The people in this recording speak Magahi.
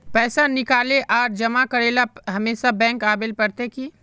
पैसा निकाले आर जमा करेला हमेशा बैंक आबेल पड़ते की?